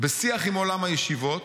בשיח עם עולם הישיבות,